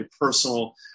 personal